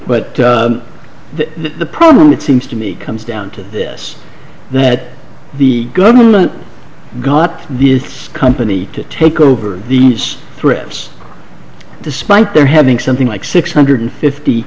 that the problem it seems to me comes down to this that the government got the company to take over these threats despite their having something like six hundred fifty